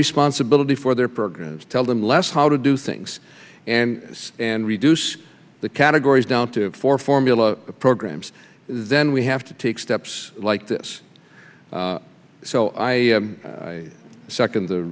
responsibility for their programs tell them less how to do things and this and reduce the categories down to four formula programs then we have to take steps like this so i second the